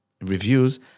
reviews